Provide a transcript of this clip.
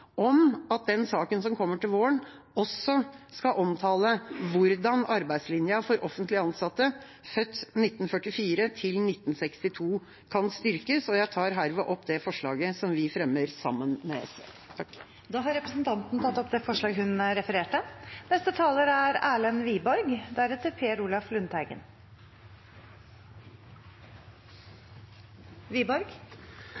om at den saken som kommer til våren, også skal omtale hvordan arbeidslinja for offentlig ansatte født i årene 1944–1962, kan styrkes. Jeg tar herved opp forslaget vi fremmer sammen med SV. Representanten Lise Christoffersen har tatt opp det forslaget hun refererte